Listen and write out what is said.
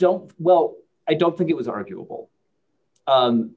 don't well i don't think it was arguable